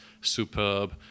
superb